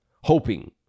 hoping